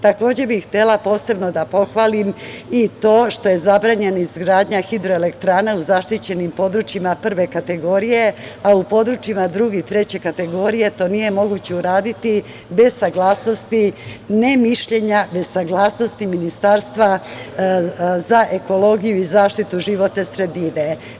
Takođe, bih htela posebno da pohvalim i to što je zabranjena izgradnja hidroelektrane u zaštićenim područjima prve kategorije, a u područjima druge i treće kategorije, to nije moguće uradi bez saglasnosti ne mišljenja, bez saglasnosti Ministarstva za ekologiju i za zaštitu životne sredine.